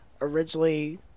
originally